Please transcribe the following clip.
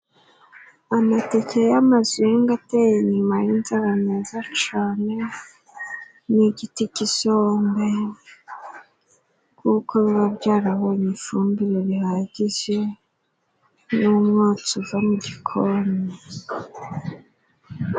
Amateke y'amazungu ateye inyuma y'inzu aba meza cane n'igiti c'isombe kuko biba byarabonye ifumbire rihagije n'umwotsi uza mu gikoni.